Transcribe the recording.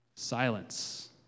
silence